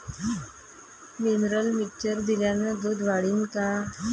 Mineral mixture दिल्यानं दूध वाढीनं का?